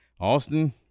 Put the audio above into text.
Austin